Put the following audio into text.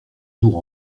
jours